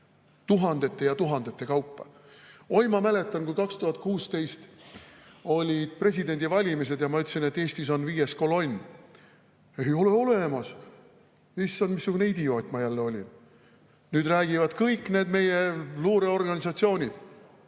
tuhandete ja tuhandete kaupa. Oi, ma mäletan, kui 2016 olid presidendivalimised ja ma ütlesin, et Eestis on viies kolonn. "Ei ole olemas!" Issand, missugune idioot ma jälle olin! Nüüd räägivad kõik meie luureorganisatsioonid,